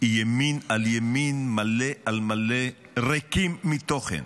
ימין על ימין, מלא על מלא, ריקים מתוכן,